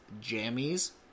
jammies